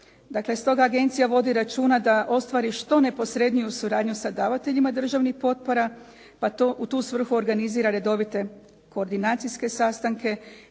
Dakle, stoga agencija vodi računa da ostvari što neposredniju suradnju sa davateljima državnih potpora, pa u tu svrhu organizira redovite koordinacijske sastanke